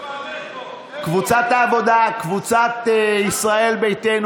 קבוצת העבודה, קבוצת ישראל ביתנו